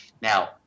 now